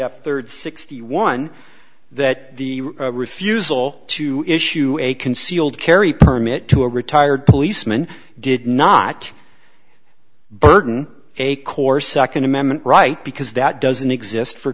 of thirds sixty one that the refusal to issue a concealed carry permit to a retired policeman did not burden a course second amendment right because that doesn't exist for